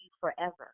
forever